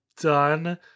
done